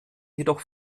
jedoch